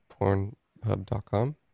Pornhub.com